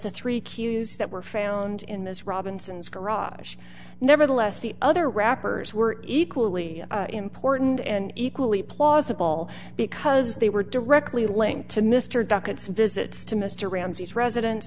the three cues that were found in ms robinson's garage nevertheless the other wrappers were equally important and equally plausible because they were directly linked to mr dockets visits to mr ramsey's residen